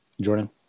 Jordan